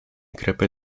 grypy